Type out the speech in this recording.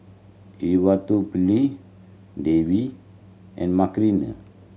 Devi and Makineni